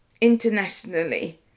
internationally